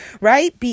right